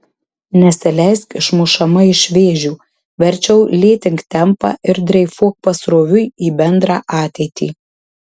nesileisk išmušama iš vėžių verčiau lėtink tempą ir dreifuok pasroviui į bendrą ateitį